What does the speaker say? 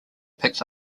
picks